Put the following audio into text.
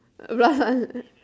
rough one